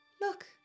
Look